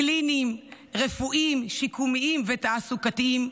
קליניים, רפואיים, שיקומיים ותעסוקתיים,